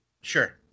Sure